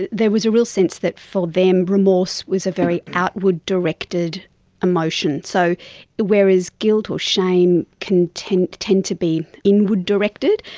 there was a real sense that for them remorse was a very outward directed emotion, so whereas guilt or shame can tend tend to be inward directed.